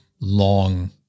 long